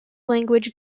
language